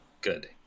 good